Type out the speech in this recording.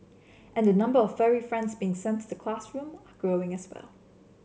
and the number of furry friends being sent to the classroom are growing as well